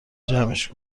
جمعش